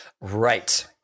Right